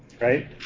right